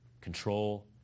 control